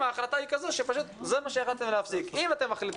אתם עסוקים